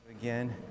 again